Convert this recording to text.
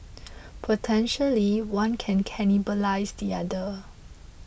potentially one can cannibalise the other